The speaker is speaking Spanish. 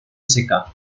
seca